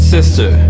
Sister